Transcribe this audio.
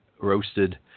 roasted